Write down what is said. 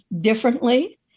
differently